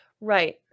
Right